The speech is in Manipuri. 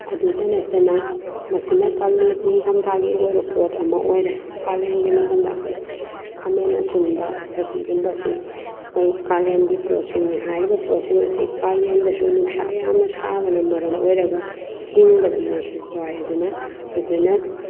ꯑꯗꯨꯗ ꯅꯠꯇꯅ ꯃꯁꯤꯅ ꯅꯤꯡꯊꯝꯊꯥꯒꯤ ꯑꯣꯏꯕ ꯄꯣꯠ ꯑꯃ ꯑꯣꯏꯔꯦ ꯀꯥꯂꯦꯟꯒꯤ ꯃꯇꯝꯗ ꯑꯩꯈꯣꯏ ꯈꯥꯃꯦꯟ ꯑꯁꯤꯟꯕ ꯊꯕꯤꯒꯨꯝꯕꯁꯦ ꯑꯩꯈꯣꯏ ꯀꯥꯂꯦꯟꯒꯤ ꯄꯣꯠꯁꯤꯡꯅꯤ ꯍꯥꯏꯔꯤꯕ ꯄꯣꯠꯁꯤꯡ ꯑꯁꯤ ꯀꯥꯂꯦꯟꯗꯁꯨ ꯅꯨꯡꯁꯥ ꯌꯥꯝꯅ ꯁꯥꯕꯅ ꯃꯔꯝ ꯑꯣꯏꯔꯒ ꯍꯤꯡꯕꯗ ꯃꯣꯏꯁꯤ ꯋꯥꯏ ꯑꯗꯨꯅ ꯑꯩꯈꯣꯏꯅ